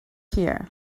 here